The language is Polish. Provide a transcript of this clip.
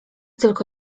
tylko